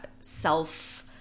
self-